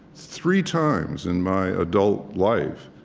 three times in my adult life,